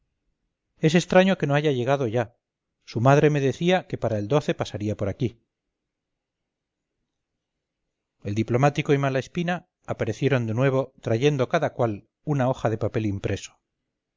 es extraño que no haya llegado ya su madre me decía que para el pasaría por aquí el diplomático y malespina aparecieron de nuevo trayendo cada cual una hoja de papel impreso